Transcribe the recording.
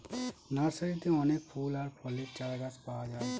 নার্সারিতে অনেক ফুল আর ফলের চারাগাছ পাওয়া যায়